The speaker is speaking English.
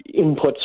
inputs